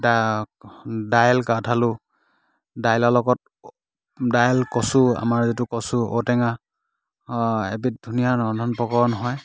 দা দাইল কাঠ আলু দাইলৰ লগত দাইল কচু আমাৰ যিটো কচু ঔটেঙা এবিধ ধুনীয়া ৰন্ধন প্ৰকৰণ হয়